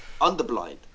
Underblind